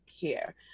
care